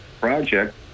project